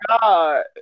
god